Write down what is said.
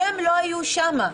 שהם לא היו שם.